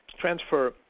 transfer